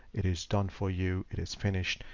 it is done for you. it is finished,